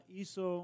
hizo